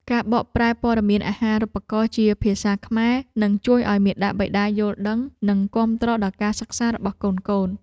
ការបកប្រែព័ត៌មានអាហារូបករណ៍ជាភាសាខ្មែរនឹងជួយឱ្យមាតាបិតាយល់ដឹងនិងគាំទ្រដល់ការសិក្សារបស់កូនៗ។